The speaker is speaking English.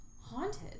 haunted